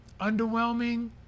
underwhelming